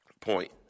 point